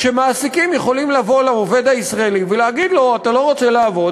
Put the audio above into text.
כשמעסיקים יכולים לבוא לעובד הישראלי ולהגיד לו: אתה לא רוצה לעבוד?